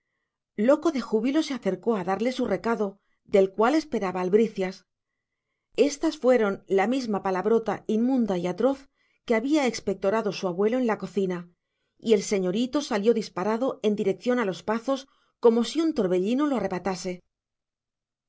loco de júbilo se acercó a darle su recado del cual esperaba albricias éstas fueron la misma palabrota inmunda y atroz que había expectorado su abuelo en la cocina y el señorito salió disparado en dirección de los pazos como si un torbellino lo